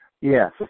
Yes